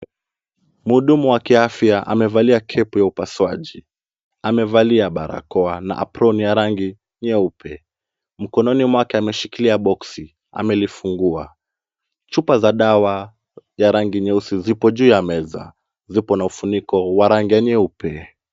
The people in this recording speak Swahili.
Mhudumu wa kiafya amevalia kepu ya upasuaji, amevalia barakoa na aproni ya rangi nyeupe. Mkononi mwake ameshikilia boksi, amelifungua. Chupa za dawa ya rangi nyeusi zipo juu ya meza. Zipo na ufuniko wa rangi ya nyeupe.